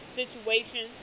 situation